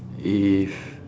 if